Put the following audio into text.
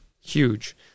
huge